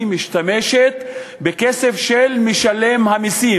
היא משתמשת בכסף של משלם המסים.